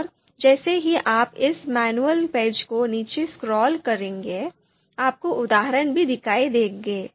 और जैसे ही आप इस मैनुअल पेज को नीचे स्क्रॉल करेंगे आपको उदाहरण भी दिखाई देंगे